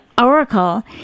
Oracle